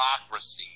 democracy